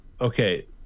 okay